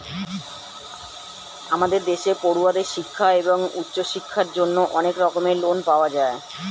আমাদের দেশে পড়ুয়াদের শিক্ষা এবং উচ্চশিক্ষার জন্য অনেক রকমের লোন পাওয়া যায়